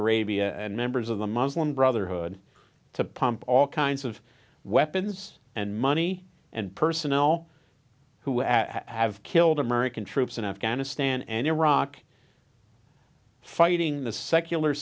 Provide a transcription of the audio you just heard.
arabia and members of the muslim brotherhood to pump all kinds of weapons and money and personnel who have killed american troops in afghanistan and iraq fighting the secular